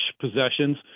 possessions